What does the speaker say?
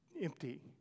empty